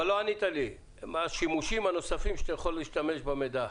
אבל לא ענית לי מה השימושים הנוספים שאתה יכול להשתמש במידע.